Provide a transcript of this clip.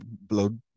blood